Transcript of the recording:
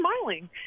smiling